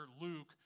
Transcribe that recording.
Luke